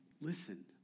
listen